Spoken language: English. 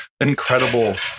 incredible